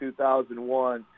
2001